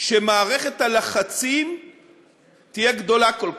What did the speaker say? שמערכת הלחצים תהיה גדולה כל כך.